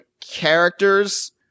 characters